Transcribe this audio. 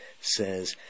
says